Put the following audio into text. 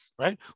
right